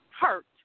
hurt